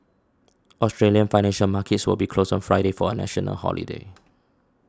Australian financial markets will be closed on Friday for a national holiday